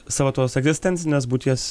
savo tos egzistencinės būties